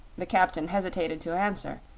the captain hesitated to answer.